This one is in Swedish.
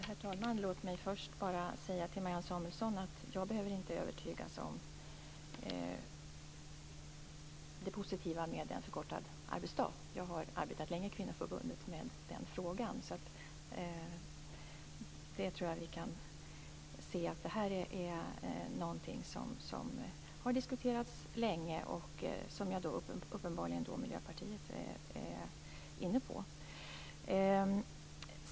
Herr talman! Låt mig först bara säga till Marianne Samuelsson att jag inte behöver övertygas om det positiva med en förkortad arbetsdag. Jag har arbetat länge i kvinnoförbundet med den frågan. Det är någonting som har diskuterats länge och som uppenbarligen Miljöpartiet är inne på.